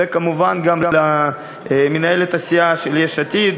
וכמובן גם למנהלת הסיעה של יש עתיד,